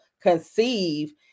conceive